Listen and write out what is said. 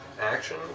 action